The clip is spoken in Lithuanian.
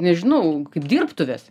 nežinau kaip dirbtuvės